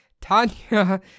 Tanya